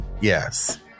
Yes